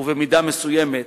ובמידה מסוימת